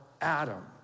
Adam